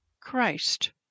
Christ